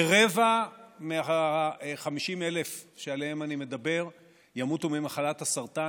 כרבע מה-50,000 שעליהם אני מדבר ימותו ממחלת הסרטן,